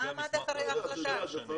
מה עמד מאחורי ההחלטה?